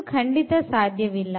ಇದು ಖಂಡಿತ ಸಾಧ್ಯವಿಲ್ಲ